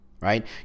Right